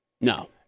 No